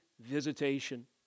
visitation